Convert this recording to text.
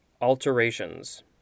Alterations